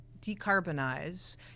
decarbonize